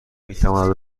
میتواند